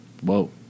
Whoa